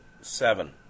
Seven